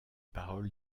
paroles